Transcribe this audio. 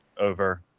over